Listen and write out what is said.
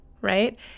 right